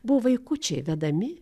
buvo vaikučiai vedami